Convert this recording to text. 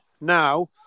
now